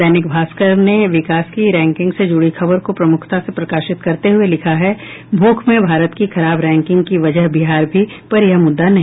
दैनिक भास्कर ने विकास की रैंकिंग से जुड़ी खबर को प्रमुखता से प्रकाशित करते हुये लिखा है भूख में भारत की खराब रैंकिंग की वजह बिहार भी पर यह मुद्दा नहीं